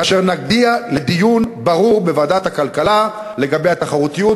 כאשר נגיע לדיון ברור בוועדת הכלכלה לגבי התחרותיות,